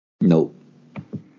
Nope